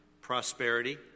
prosperity